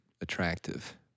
attractive